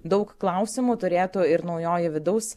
daug klausimų turėtų ir naujoji vidaus